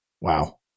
wow